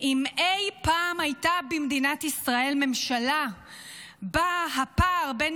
אם אי פעם הייתה במדינת ישראל ממשלה שבה הפער בין